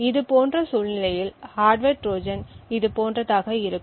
இதுபோன்ற சூழ்நிலையில் hardware Trojan இது போன்றதாக இருக்கும்